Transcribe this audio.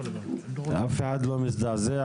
אבל אף אחד לא מזעזע.